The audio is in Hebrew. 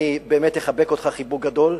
אני באמת אחבק אותך חיבוק גדול.